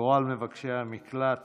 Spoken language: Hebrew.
בבקשה, גורל מבקשי המקלט